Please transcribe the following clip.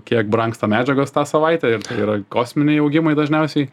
kiek brangsta medžiagos tą savaitę ir tai yra kosminiai augimai dažniausiai